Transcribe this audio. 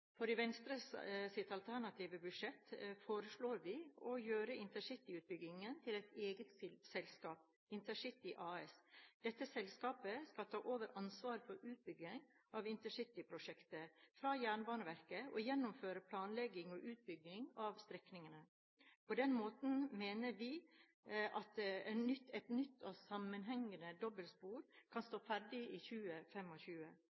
for i Venstres alternative budsjett foreslår vi å gjøre intercityutbyggingen til et eget selskap – InterCity AS. Dette selskapet skal ta over ansvaret for utbyggingen av intercityprosjektet fra Jernbaneverket og gjennomføre planlegging og utbygging av strekningene. På den måten mener vi at et nytt og sammenhengende dobbeltspor kan